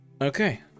okay